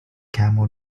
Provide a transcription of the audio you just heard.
camel